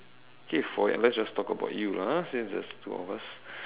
okay for let's just talk about you lah ha since there is two of us